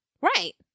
Right